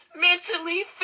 Mentally